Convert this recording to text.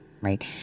right